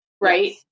Right